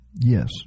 yes